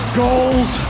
goals